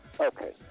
Okay